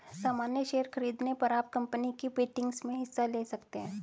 सामन्य शेयर खरीदने पर आप कम्पनी की मीटिंग्स में हिस्सा ले सकते हैं